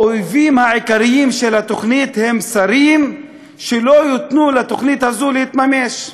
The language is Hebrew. האויבים העיקריים של התוכנית הם שרים שלא ייתנו לתוכנית הזאת להתממש.